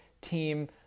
team